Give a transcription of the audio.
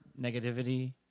negativity